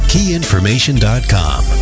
KeyInformation.com